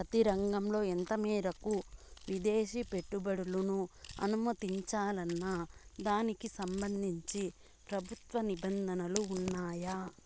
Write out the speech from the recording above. ప్రతి రంగంలో ఎంత మేరకు విదేశీ పెట్టుబడులను అనుమతించాలన్న దానికి సంబంధించి ప్రభుత్వ నిబంధనలు ఉన్నాయా?